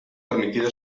permitido